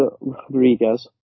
Rodriguez